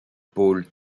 paul